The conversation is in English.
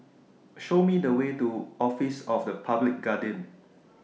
Show Me The Way to Office of The Public Guardian